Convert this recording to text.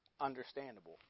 understandable